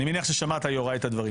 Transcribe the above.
להפך, אני מחזקת את זה.